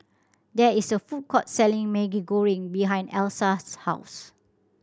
there is a food court selling Maggi Goreng behind Elsa's house